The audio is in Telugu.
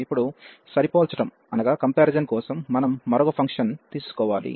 ఇప్పుడు సరిపోల్చటం లేదా కంపారిజాన్ కోసం మనం మరొక ఫంక్షన్ తీసుకోవాలి